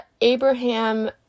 Abraham